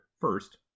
first